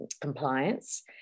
compliance